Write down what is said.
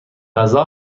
غذا